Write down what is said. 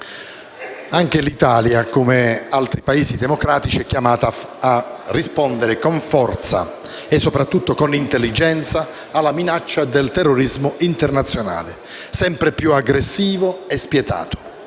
anche l'Italia, come altri Paesi democratici, è chiamata a rispondere con forza e, soprattutto, con intelligenza alla minaccia del terrorismo internazionale, sempre più aggressivo e spietato.